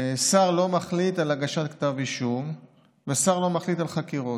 שר לא מחליט על הגשת כתב אישום ושר לא מחליט על חקירות.